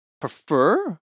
prefer